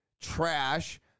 trash